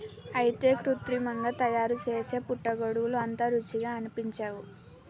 అయితే కృత్రిమంగా తయారుసేసే పుట్టగొడుగులు అంత రుచిగా అనిపించవు